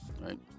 right